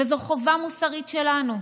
וזו חובה מוסרית שלנו.